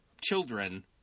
children